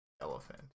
Elephant